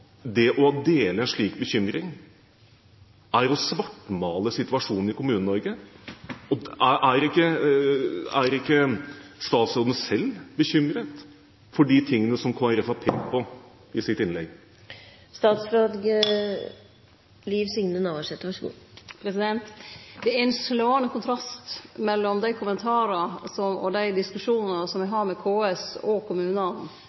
det å dele en slik bekymring er å svartmale situasjonen i Kommune-Norge? Er ikke statsråden selv bekymret for det som Kristelig Folkeparti har pekt på i sitt innlegg? Det er ein slåande kontrast mellom dei kommentarane og diskusjonane som me har med KS og kommunane